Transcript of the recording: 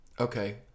Okay